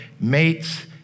mates